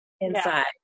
inside